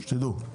שתדעו.